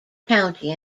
county